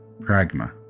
Pragma